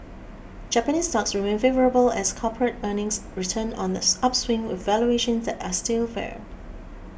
Japanese stocks remain favourable as corporate earnings return on this upswing with valuations that are still fair